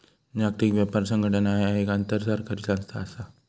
जागतिक व्यापार संघटना ह्या एक आंतरसरकारी संस्था असा